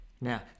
Now